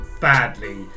badly